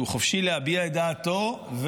שהוא חופשי להביע את דעתו,